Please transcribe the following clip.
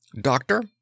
Doctor